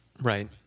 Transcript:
Right